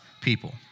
people